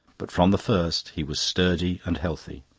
but from the first he was sturdy and healthy.